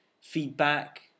feedback